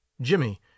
Jimmy